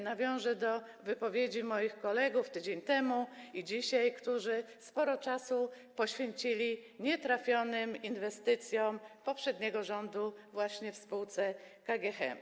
Nawiążę do wypowiedzi moich kolegów sprzed tygodnia i dzisiejszych, którzy sporo czasu poświęcili nietrafionym inwestycjom poprzedniego rządu właśnie w spółce KGHM.